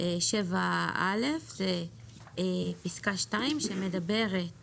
7א זו פסקה (2) שמדברת